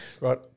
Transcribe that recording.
right